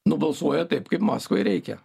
nubalsuoja taip kaip maskvai reikia